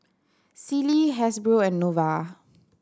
Sealy Hasbro and Nova